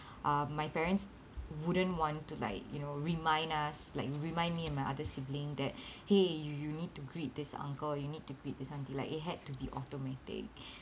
uh my parents wouldn't want to like you know remind us like remind me and my other siblings that !hey! you you need to greet this uncle you need to greet this auntie like it had to be automatic